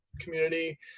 community